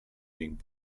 being